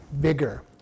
bigger